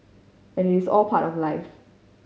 and it's all part of life